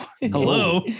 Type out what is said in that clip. Hello